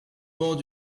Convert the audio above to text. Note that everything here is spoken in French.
bancs